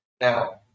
now